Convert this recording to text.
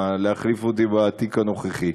להחליף אותי בתיק הנוכחי.